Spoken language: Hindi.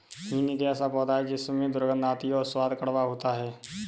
हींग एक ऐसा पौधा है जिसमें दुर्गंध आती है और स्वाद कड़वा होता है